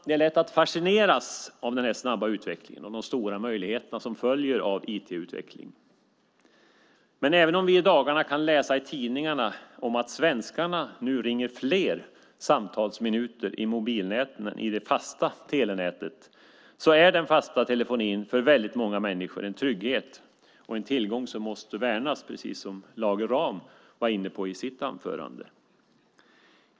Det är lätt att fascineras av den snabba utvecklingen och de stora möjligheter som följer av IT-utvecklingen. Men även om vi i dagarna kan läsa i tidningarna om att svenskarna nu ringer fler samtalsminuter i mobilnäten än i fasta telenätet är den fasta telefonin för väldigt många människor en trygghet och en tillgång som måste värnas, precis som Lage Rahm var inne på i sitt anförande.